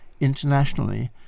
internationally